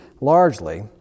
largely